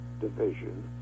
division